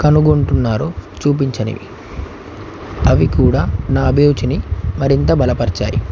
కనుగొంటున్నారో చూపించినివి అవి కూడా నా అభిరుచిని మరింత బలపరచాయి